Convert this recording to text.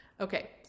okay